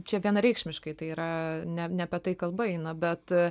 čia vienareikšmiškai tai yra ne ne apie tai kalba eina bet